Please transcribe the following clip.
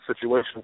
situation